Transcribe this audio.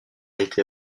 été